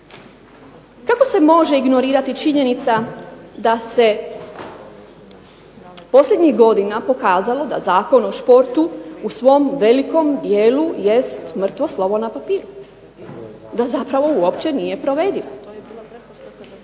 Kako se može ignorirati činjenica da se posljednjih godina pokazalo da Zakon o športu u svom velikom dijelu jest mrtvo slovo na papiru, da zapravo uopće nije provediv.